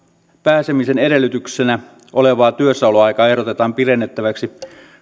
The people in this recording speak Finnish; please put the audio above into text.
pääsemisen edellytyksenä olevaa työssäoloaikaa ehdotetaan pidennettäväksi